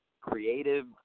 creative –